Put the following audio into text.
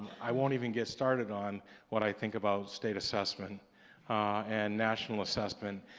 i won't even get started on what i think about state assessment and national assessment.